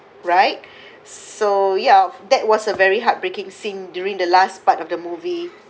right so ya that was a very heartbreaking scene during the last part of the movie